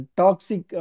toxic